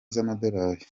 z’amadolari